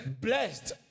blessed